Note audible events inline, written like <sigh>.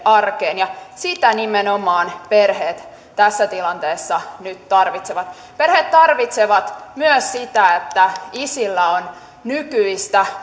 arkeen nimenomaan sitä perheet tässä tilanteessa nyt tarvitsevat perheet tarvitsevat myös sitä että isillä on nykyistä <unintelligible>